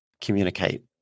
communicate